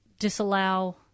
disallow